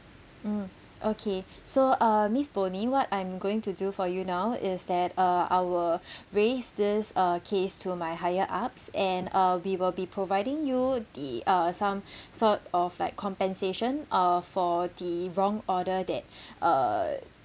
mm okay so uh miss bonnie what I'm going to do for you now is that uh I will raise this uh case to my higher ups and uh we will be providing you the uh some sort of like compensation uh for the wrong order that uh